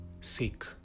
seek